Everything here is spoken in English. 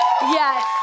Yes